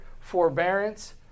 forbearance